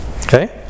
Okay